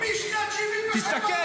משנת 1977 --- ראית?